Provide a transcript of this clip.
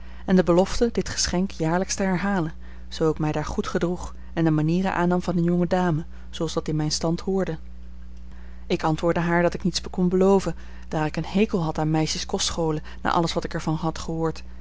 en de belofte dit geschenk jaarlijks te herhalen zoo ik mij daar goed gedroeg en de manieren aannam van eene jonge dame zooals dat in mijn stand behoorde ik antwoordde haar dat ik niets kon beloven daar ik een hekel had aan meisjeskostscholen na alles wat ik er van had gehoord